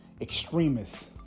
extremists